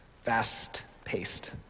fast-paced